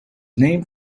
named